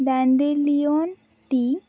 dandelion tea